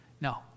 No